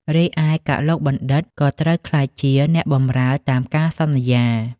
រីឯ កឡុកបណ្ឌិត្យ ក៏ត្រូវក្លាយជាអ្នកបម្រើតាមការសន្យា ។